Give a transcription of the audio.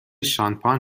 شانپاین